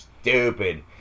stupid